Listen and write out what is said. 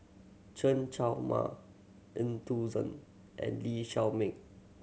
Chen Show Mao Eu Tong Sen and Lee Shao Meng